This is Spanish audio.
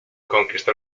conquistó